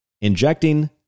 injecting